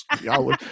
Y'all